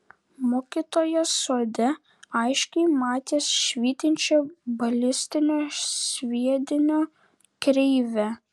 mokytojas sode aiškiai matė švytinčią balistinio sviedinio kreivę